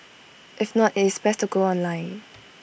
if not IT is best to go online